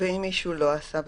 ואם מישהו לא עשה בדיקה?